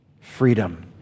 Freedom